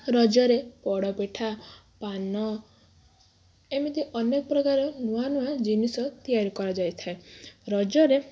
ରଜରେ ପୋଡ଼ ପିଠା ପାନ ଏମିତି ଅନେକ ପ୍ରକାର ନୂଆ ନୂଆ ଜିନିଷ ତିଆରି କରାଯାଇଥାଏ ରଜରେ